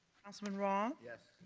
councilman roth. yes.